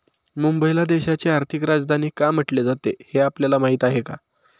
मुंबईला देशाची आर्थिक राजधानी का म्हटले जाते, हे आपल्याला माहीत आहे का?